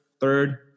third